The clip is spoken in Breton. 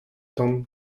tamm